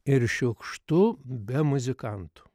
ir šiukštu be muzikantų